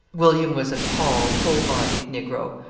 william was a tall, full-bodied negro,